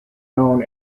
known